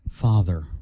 Father